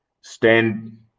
stand